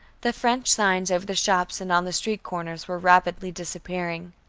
the french signs over the shops and on the street corners were rapidly disappearing.